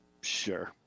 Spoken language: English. sure